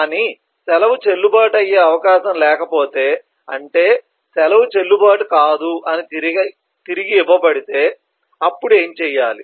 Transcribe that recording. కానీ సెలవు చెల్లుబాటు అయ్యే అవకాశం లేకపోతే అంటే సెలవు చెల్లుబాటు కాదు అని తిరిగి ఇవ్వబడితే అప్పుడు ఏమి చేయాలి